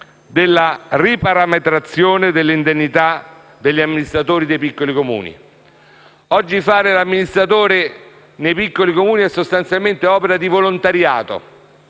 della riparametrazione delle indennità degli amministratori dei piccoli Comuni. Fare oggi l'amministratore nei piccoli Comuni è sostanzialmente un'opera di volontariato.